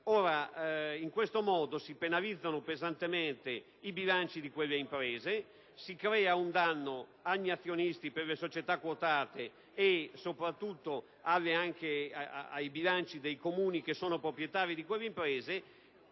In questo modo si penalizzano pesantemente i bilanci di quelle imprese. Si crea un danno agli azionisti per le società quotate e soprattutto ai bilanci dei Comuni proprietari di quelle imprese.